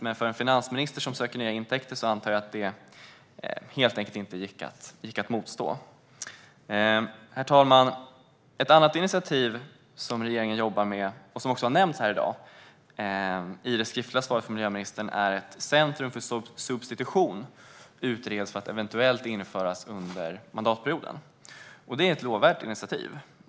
Men för en finansminister som söker nya intäkter antar jag att det helt enkelt inte gick att motstå. Herr talman! Ett annat initiativ som regeringen jobbar med och som också har nämnts här i dag i svaret från miljöministern är ett centrum för substitution, som utreds för att eventuellt införas under mandatperioden. Det är ett lovvärt initiativ.